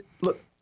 look